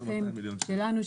שלנו,